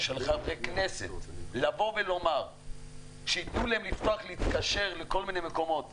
של חברי כנסת לומר שייתנו לפתוח ולהתקשר לכל מיני מקומות הוא בסדר.